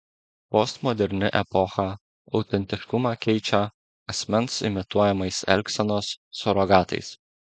postmoderni epocha autentiškumą keičia asmens imituojamais elgsenos surogatais